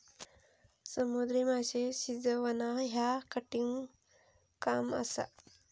समुद्री माशे शिजवणा ह्या कठिण काम असा